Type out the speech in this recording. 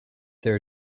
there